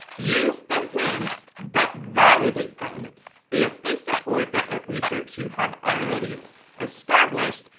use the hints, but validate them if they support that at research you have already established.